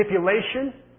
manipulation